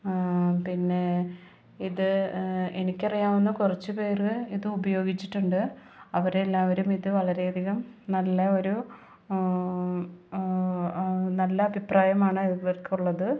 പിന്നെ ഇത് എനിക്കറിയാവുന്ന കുറച്ച് പേർ ഇത് ഉപയോഗിച്ചിട്ടുണ്ട് അവർ എല്ലാവരും ഇത് വളരെ അധികം നല്ല ഒരു നല്ല അഭിപ്രായമാണ് ഇവർക്കുള്ളത്